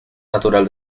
natural